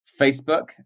Facebook